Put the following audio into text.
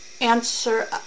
Answer